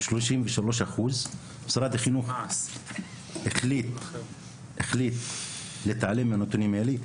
היא 33%. משרד החינוך החליט להתעלם מהנתונים האלה.